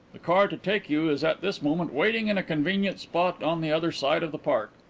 the car to take you is at this moment waiting in a convenient spot on the other side of the park.